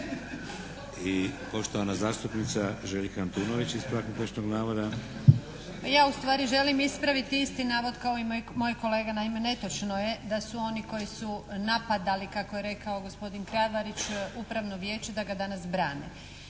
I poštovana zastupnica Željka Antunović, ispravak netočnog navoda. **Antunović, Željka (SDP)** Ja ustvari želim ispraviti isti navod kao i moj kolega. Naime netočno je da su oni koji su napadali kako je rekao gospodin Kramarić, upravno vijeće da ga danas brane.